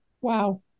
wow